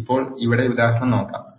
ഇപ്പോൾ ഇവിടെ ഉദാഹരണം നോക്കാം